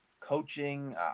coaching